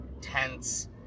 tense